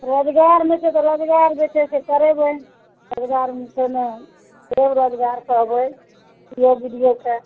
रोजगार नहि छै तऽ रोजगार जे छै से करेबय रोजगार छै नहि छै रोजगार कहबय दियौ के